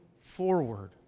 forward